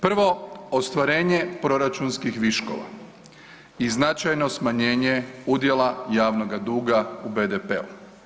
Prvo, ostvarenje proračunskih viškova i značajno smanjenje udjela javnoga duga u BDP-u.